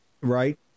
right